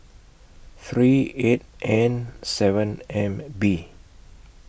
three eight N seven M B